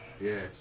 Yes